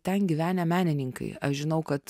ten gyvenę menininkai aš žinau kad